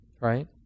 right